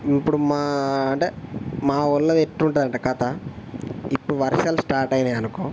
ఇప్పడు మా అంటే మా వాళ్ళది ఎట్టుంటాదంటే కథా ఇప్పడు వర్షాలు స్టార్ట్ అయినయనుకో